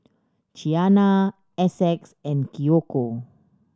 Qiana Essex and Kiyoko